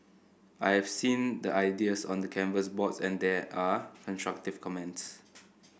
I've seen the ideas on the canvas boards and there are constructive comments